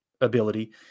ability